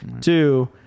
Two